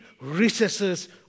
recesses